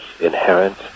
inherent